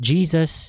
Jesus